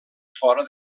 fora